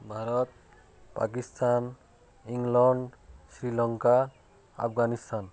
Bharat Pakistan England Sri Lanka Afghanistan